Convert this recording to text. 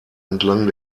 entlang